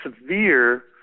severe